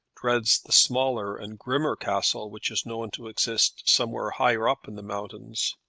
dreads the smaller and grimmer castle which is known to exist somewhere higher up in the mountains.